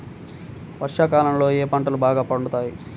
వర్షాకాలంలో ఏ పంటలు బాగా పండుతాయి?